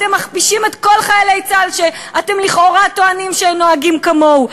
אתם מכפישים את כל חיילי צה"ל שאתם לכאורה טוענים שהם נוהגים כמוהו.